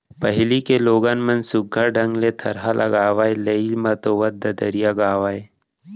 पहिली के लोगन मन सुग्घर ढंग ले थरहा लगावय, लेइ मतोवत ददरिया गावयँ